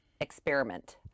Experiment